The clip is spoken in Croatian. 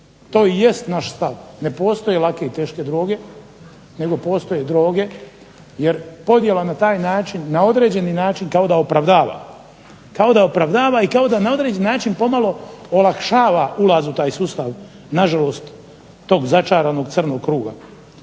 to i jest naš stav. Ne postoje lake i teške droge nego postoje droge jer podjela na taj način na određeni način kao da opravdava i kao da na određeni način pomalo olakšava ulaz u taj sustav nažalost tog začaranog crnog kruga.